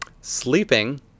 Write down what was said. sleeping